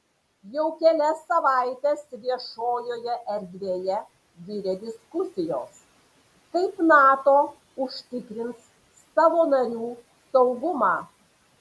jau kelias savaites viešojoje erdvėje virė diskusijos kaip nato užtikrins savo narių saugumą